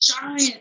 giant